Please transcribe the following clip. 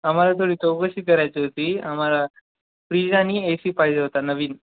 आम्हाला थोडी चौकशी करायची होती आम्हाला फ्रीज आणि ए सी पाहिजे होता नवीन